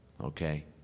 Okay